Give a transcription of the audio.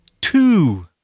Two